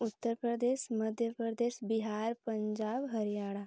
Uttar Pradesh Madhya Pradesh Bihar Punjab Haryana